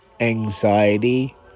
anxiety